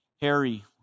Harry